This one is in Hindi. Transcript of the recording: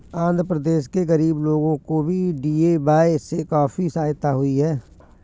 आंध्र प्रदेश के गरीब लोगों को भी डी.ए.वाय से काफी सहायता हुई है